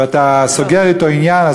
ואתה סוגר אתו עניין,